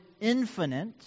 infinite